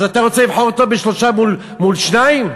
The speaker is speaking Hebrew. אז אתה רוצה לבחור אותו בשלושה מול שניים?